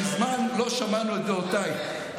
מזמן לא שמענו את דעותייך.